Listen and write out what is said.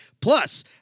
Plus